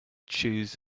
choose